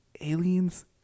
aliens